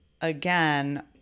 again